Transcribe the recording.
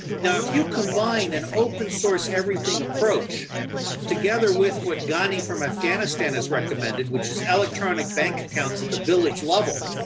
now if you combine an open source everything approach together with what ghani from afghanistan has recommended, which is electronic bank accounts at the village level,